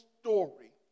story